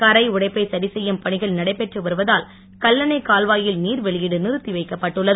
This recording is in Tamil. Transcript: கரை உடைப்பை சரிசெய்யும் பணிகள் நடைபெற்று வருவதால் கல்லணை கால்வாயில் நீர் வெளியீடு நிறுத்தி வைக்கப்பட்டுள்ளது